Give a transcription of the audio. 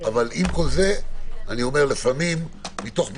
עם כל זה אני אומר, לפעמים מתוך מגננה,